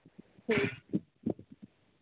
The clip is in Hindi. ठीक